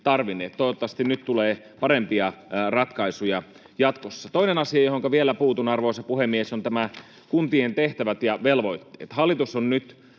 Toivottavasti nyt tulee parempia ratkaisuja jatkossa. Toinen asia, johonka vielä puutun, arvoisa puhemies, on kuntien tehtävät ja velvoitteet. Hallitus on nyt